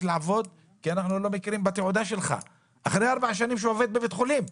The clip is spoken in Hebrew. לעבוד כי לא מכירים בתעודה שלו - אחרי ארבע שנים שהוא עובד בבית חולים.